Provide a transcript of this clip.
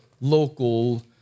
local